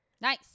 Nice